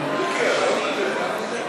מיקי, עזוב את זה.